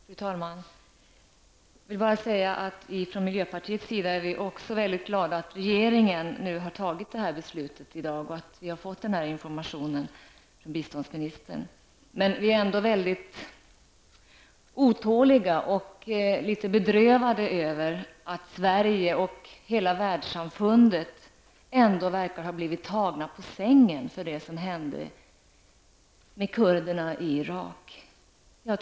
Fru talman! Jag vill bara säga att vi i miljöpartiet också är mycket glada över att regeringen i dag har tagit det här beslutet och att vi har fått den här informationen från biståndsministern. Vi är ändå mycket otåliga och litet bedrövade över att Sverige och hela världssamfundet ändå verkar ha blivit tagna på sängen av det som hände med kurderna i Irak.